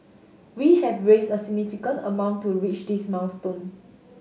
we have raised a significant amount to reach this milestone